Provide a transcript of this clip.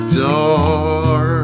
door